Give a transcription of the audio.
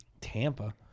Tampa